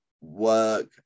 work